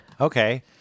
Okay